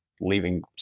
leaving